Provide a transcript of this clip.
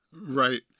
Right